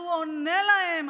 והוא עונה להם.